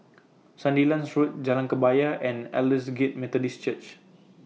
Sandilands Road Jalan Kebaya and Aldersgate Methodist Church